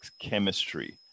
chemistry